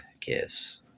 kiss